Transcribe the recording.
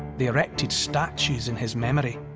they erected statues in his memory.